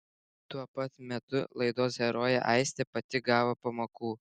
tuo pat metu laidos herojė aistė pati gavo pamokų